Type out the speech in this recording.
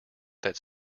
that